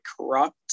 corrupt